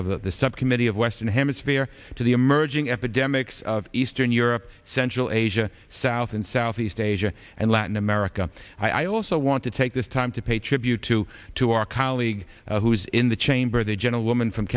of the subcommittee of western hemisphere to the emerging epidemics of eastern europe central asia south and southeast asia and latin america i also want to take this time to pay tribute to to our colleague who is in the chamber the gentlewoman from